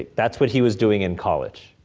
that's what he was doing in college,